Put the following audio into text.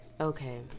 Okay